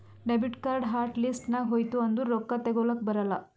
debit card hot list ನಾಗ್ ಹೋಯ್ತು ಅಂದುರ್ ರೊಕ್ಕಾ ತೇಕೊಲಕ್ ಬರಲ್ಲ